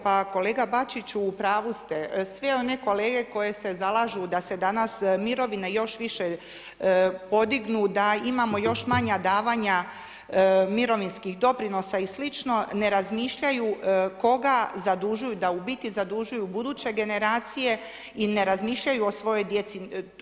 Pa kolega Bačić, u pravu ste, svi oni kolege koji se zalažu da se danas mirovine još više podignu, da imamo još manja davanja mirovinskih doprinosa i sl., ne razmišljaju koga zadužuju, da u biti zadužuju buduće generacije i razmišljaju o svojoj djeci.